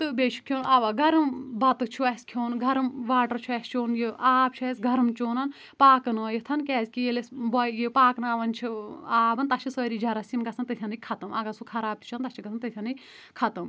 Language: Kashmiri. تہٕ بیٚیہِ چھُ کھیوٚن اوا گَرٕم بَتہٕ چھُ اسہِ کھیون گَرٕم واٹَر چھُ اسہِ چیٚون یہِ آب چھُ اسہِ گَرٕم چیون پاکہٕ نٲیِتۃ کیازکہِ ییٚلہِ أسۍ پاکہٕ ناوان چھِ آب تَتھ چھِ سٲری جَراسیٖم گَژَھان تٔتتھی خَتٕم اگر سُہ خَراب تہِ چھُ آسان تَتھ چھُ گَژَھان تٔتتھی خَتٕم